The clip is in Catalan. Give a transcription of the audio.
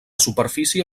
superfície